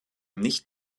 nicht